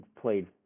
played